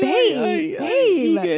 Babe